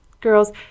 Girls